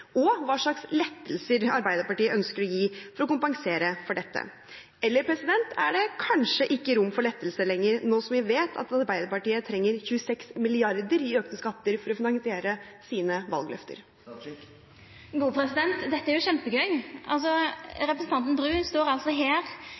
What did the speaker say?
og hva slags lettelser Arbeiderpartiet ønsker å gi for å kompensere for dette. Eller er det kanskje ikke rom for lettelser lenger, nå som vi vet at Arbeiderpartiet trenger 26 mrd. kr i økte skatter for å finansiere sine valgløfter? Dette er kjempegøy. Representanten Bru står altså